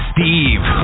Steve